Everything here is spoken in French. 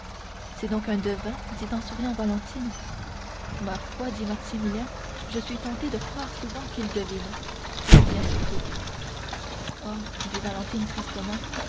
c'est donc un devin dit en souriant valentine ma foi dit maximilien je suis tenté de croire souvent qu'il devine le bien surtout oh dit valentine tristement